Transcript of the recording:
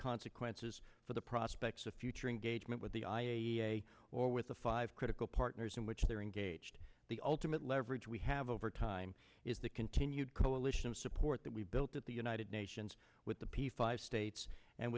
consequences for the prospects of future engagement with the i a e a or with the five critical partners in which they're engaged the ultimate leverage we have over time is the continued coalition of support that we've built at the united nations with the p five states and